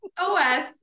OS